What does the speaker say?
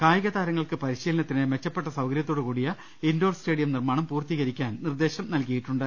കായികതാരങ്ങൾക്ക് പരിശീലനത്തിന് മെച്ചപ്പെട്ട സൌകര്യ ത്തോടുകൂടിയ ഇൻഡോർ സ്റ്റേഡിയം നിർമാണം പൂർത്തീകരി ക്കാൻ നിർദ്ദേശം നൽകിയിട്ടുണ്ട്